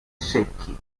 secchi